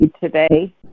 today